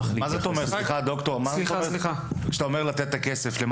דוקטור, כשאתה אומר "לתת את הכסף",